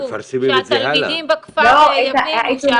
שהתלמידים בכפר יבינו,